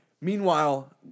Meanwhile